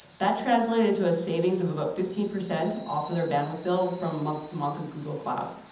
that translated into a savings of about fifteen percent off of their bandwidth bill from month to month on google cloud.